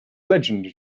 legend